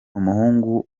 umuhungu